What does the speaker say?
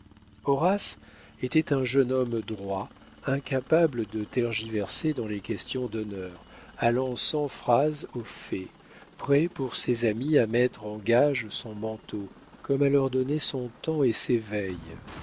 horace était un jeune homme droit incapable de tergiverser dans les questions d'honneur allant sans phrase au fait prêt pour ses amis à mettre en gage son manteau comme à leur donner son temps et ses